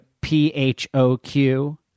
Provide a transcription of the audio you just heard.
P-H-O-Q